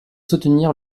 soutenir